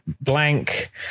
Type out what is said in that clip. Blank